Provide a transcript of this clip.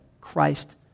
Christ